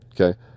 okay